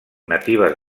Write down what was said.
natives